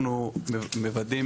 אנחנו מוודאים,